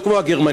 לא כמו הגרמנים.